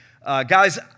Guys